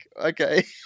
okay